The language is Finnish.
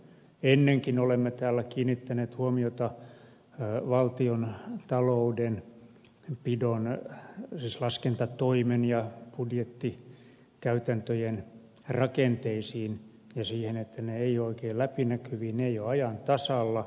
ennenkin olemme täällä kiinnittäneet huomiota valtion taloudenpidon siis laskentatoimen ja budjettikäytäntöjen rakenteisiin ja siihen että ne eivät ole oikein läpinäkyviä ne eivät ole ajan tasalla